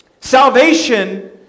Salvation